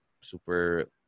super